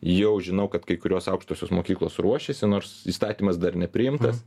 jau žinau kad kai kurios aukštosios mokyklos ruošiasi nors įstatymas dar nepriimtas